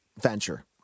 venture